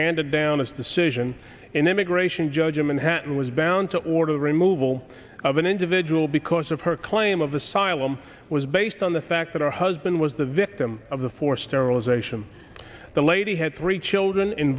handed down its decision in immigration judge him and hatton was bound to order the removal of an individual because of her claim of the siloam was based on the fact that her husband was the victim of the forced sterilization the lady had three children in